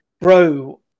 bro